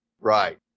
Right